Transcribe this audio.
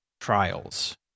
trials